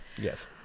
Yes